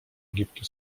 egiptu